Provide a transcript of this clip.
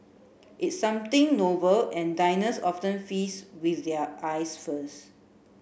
it's something novel and diners often feast with their eyes first